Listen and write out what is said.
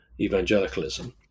evangelicalism